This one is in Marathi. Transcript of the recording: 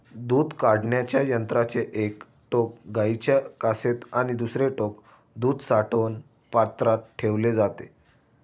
दूध काढण्याच्या यंत्राचे एक टोक गाईच्या कासेत आणि दुसरे टोक दूध साठवण पात्रात ठेवले जाते